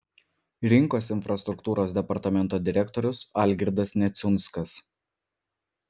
rinkos infrastruktūros departamento direktorius algirdas neciunskas